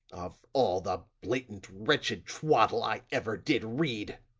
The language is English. of all the blatant wretched twaddle i ever did read,